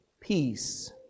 peace